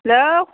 hello